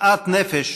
שאט נפש